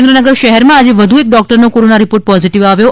સુરેન્દ્રનગર શહેરમાં આજે વધુ એક ડોક્ટરનો કોરોના રીપોર્ટ પોઝિટિવ આવ્યો છે